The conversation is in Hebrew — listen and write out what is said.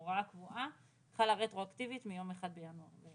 הוראה קבועה שחלה רטרואקטיבית מיום 1 בינואר.